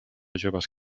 joves